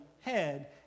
head